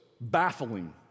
baffling